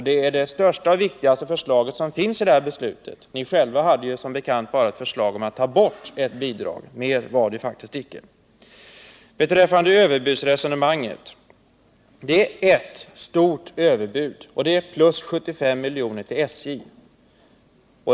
Det är det största och viktigaste förslaget i underlaget för vårt beslut i dag. Ni själva hade som bekant bara ett förslag om att ta bort bidrag. Mer var det faktiskt inte. Beträffande överbudsresonemanget kan jag hålla med om att det finns ett stort överbud, nämligen plus 75 miljoner till SJ.